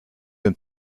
dem